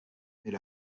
mais